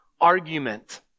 argument